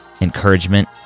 encouragement